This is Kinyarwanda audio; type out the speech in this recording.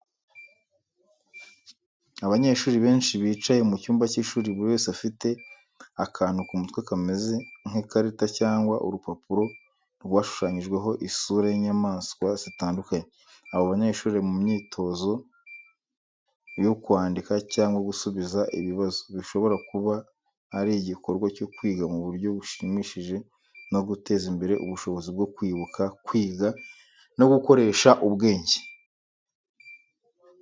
Abanyeshuri benshi bicaye mu cyumba cy’ishuri, buri wese afite akantu ku mutwe kameze nk’ikarita cyangwa urupapuro rwashushanyijweho isura y’inyamaswa zitandukanye. Abo banyeshuri bari mu myitozo y’ukwandika cyangwa gusubiza ibibazo, bishobora kuba ari igikorwa cyo kwiga mu buryo bushimishije no guteza imbere ubushobozi bwo kwibuka, kwiga, no gukoresha ubwenge.